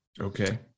Okay